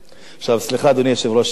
עכשיו סליחה, אדוני היושב-ראש, שאלה: